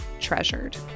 treasured